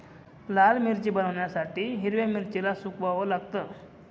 लाल मिरची बनवण्यासाठी हिरव्या मिरचीला सुकवाव लागतं